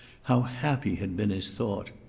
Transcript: how happy had been his thought.